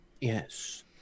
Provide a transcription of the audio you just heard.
Yes